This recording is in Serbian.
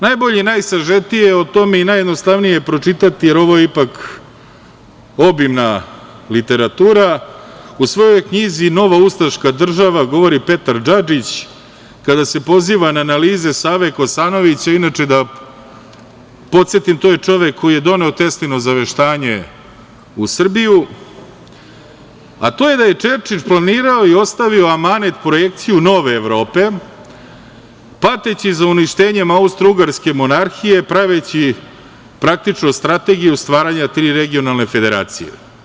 Najbolje i najsažetije o tome i najjednostavnije je pročitati, jer ovo je ipak obimna literatura, u svojoj knjizi „Novoustaška država“ govori Petar Džadžić kada se poziva na analize Save Kosanovića, inače da podsetim to je čovek koji je doneo Teslino zaveštanje u Srbiju, a to je da je Čerčil planirao i ostavio u amanet projekciju nove Evrope pateći za uništenje Austrougarske monarhije, praveći praktično strategiju stvaranja tri regionalne federacije.